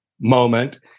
moment